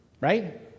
right